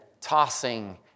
tossing